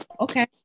Okay